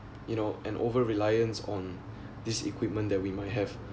you know an over reliance on this equipment that we might have